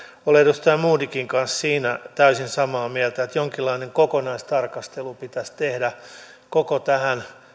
olen edustaja modigin kanssa siitä täysin samaa mieltä että jonkinlainen kokonaistarkastelu pitäisi tehdä tähän